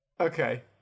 Okay